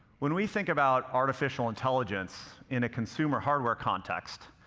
when we think about artificial intelligence in a consumer hardware context,